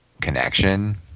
connection